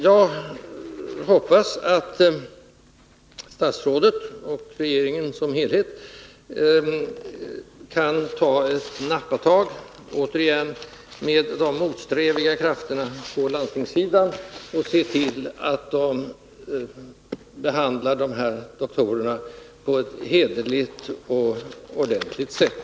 Jag hoppas att statsrådet själv och regeringen som helhet återigen kan ta ett nappatag med de motsträviga krafterna på landstingssidan och se till att man där behandlar de här doktorerna på ett hederligt och ordentligt sätt.